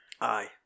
Aye